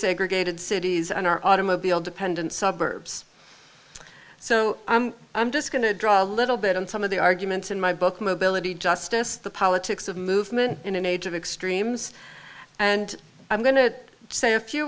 segregated cities and are automobile dependent suburbs so i'm just going to draw a little bit on some of the arguments in my book mobility justice the politics of movement in an age of extremes and i'm going to say a few